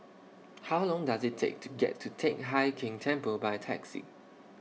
How Long Does IT Take to get to Teck Hai Keng Temple By Taxi